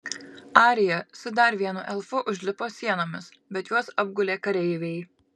arija su dar vienu elfu užlipo sienomis bet juos apgulė kareiviai